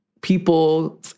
people